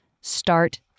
Start